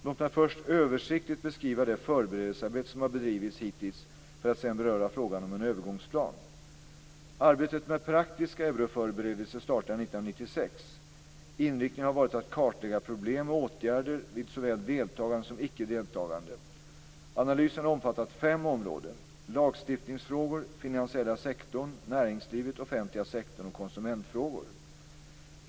Låt mig först översiktligt beskriva det förberedelsearbete som har bedrivits hittills för att sedan beröra frågan om en övergångsplan. 1996. Inriktningen har varit att kartlägga problem och åtgärder vid såväl deltagande som icke deltagande. Analysen har omfattat fem områden: lagstiftningsfrågor, finansiella sektorn, näringslivet, offentliga sektorn och konsumentfrågor.